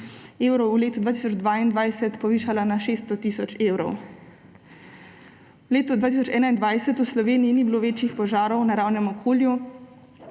evrov v letu 2022 povišala na 600 tisoč evrov. V letu 2021 v Sloveniji ni bilo večjih požarov v naravnem okolju,